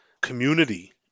community